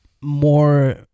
more